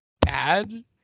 bad